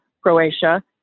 Croatia